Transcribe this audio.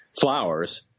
Flowers